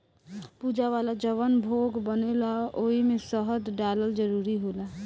पूजा वाला जवन भोग बनेला ओइमे शहद डालल जरूरी होला